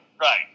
right